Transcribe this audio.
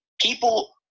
people